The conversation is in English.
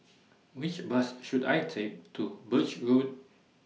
Which Bus should I Take to Birch Road